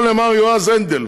או למר יועז הנדל,